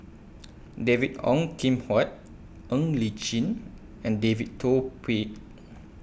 David Ong Kim Huat Ng Li Chin and David Tay Poey